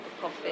coffee